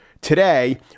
today